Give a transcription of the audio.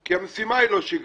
כי המשימה היא לא שגרתית.